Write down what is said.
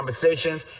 conversations